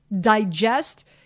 digest